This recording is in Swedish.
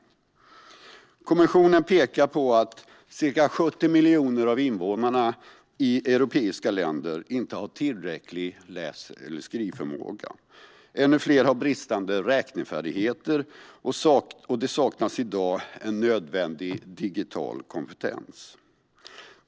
Ny kompetensagenda för Europa Kommissionen pekar på att ca 70 miljoner av invånarna i de europeiska länderna inte har tillräcklig läs och skrivförmåga, att ännu fler har bristande räknefärdigheter och att nödvändig digital kompetens saknas i dag.